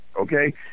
Okay